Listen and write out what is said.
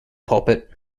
pulpit